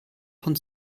von